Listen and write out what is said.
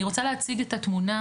אני רוצה להציג את התמונה,